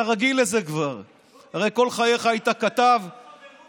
אתה כבר רגיל לזה הרי כל חייך היית כתב וקריין.